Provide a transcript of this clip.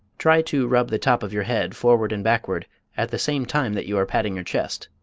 try to rub the top of your head forward and backward at the same time that you are patting your chest.